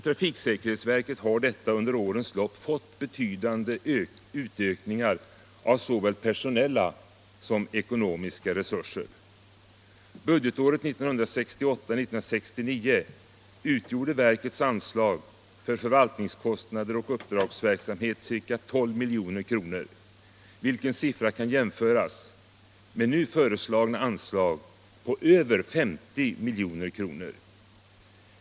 Trafiksäkerhetsverket har under årens lopp fått betydande utökningar av såväl personella som ekonomiska resurser. Budgetåret 1968/69 utgjorde verkets anslag för förvaltningskostnader och uppdragsverksamhet ca 12 milj.kr., vilken siffra kan jämföras med nu föreslagna anslag på över 50 milj.kr.